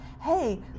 hey